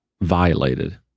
violated